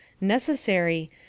necessary